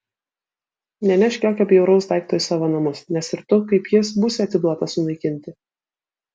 nenešk jokio bjauraus daikto į savo namus nes ir tu kaip jis būsi atiduotas sunaikinti